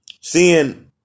seeing